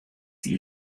die